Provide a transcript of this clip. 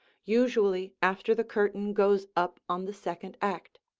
usually after the curtain goes up on the second act.